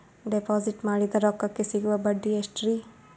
Deposit ಮಾಡಿದ ರೊಕ್ಕಕೆ ಸಿಗುವ ಬಡ್ಡಿ ಎಷ್ಟ್ರೀ?